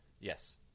yes